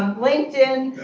um linkedin,